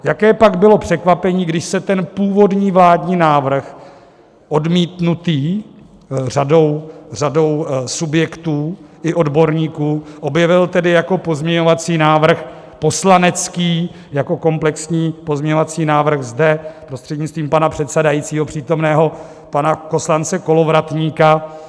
Jaké pak bylo překvapení, když se ten původní vládní návrh odmítnutý řadou subjektů i odborníků objevil jako pozměňovací návrh poslanecký, jako komplexní pozměňovací návrh zde, prostřednictvím pana předsedajícího, přítomného pana poslance Kolovratníka.